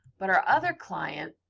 but our other client,